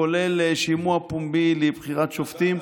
כולל שימוע פומבי לבחירת שופטים.